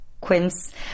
quince